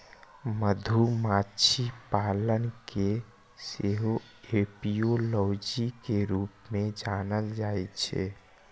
मधुमाछी पालन कें सेहो एपियोलॉजी के रूप मे जानल जाइ छै